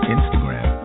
Instagram